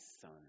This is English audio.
son